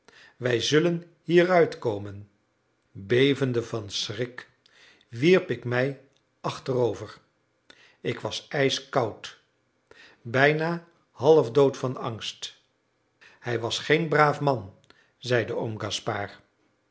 wij zullen hieruit komen bevende van schrik wierp ik mij achterover ik was ijskoud bijna halfdood van angst hij was geen braaf man zeide oom gaspard